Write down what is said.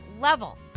level